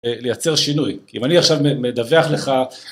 לייצר שינוי כי אם אני עכשיו מדווח לך